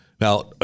Now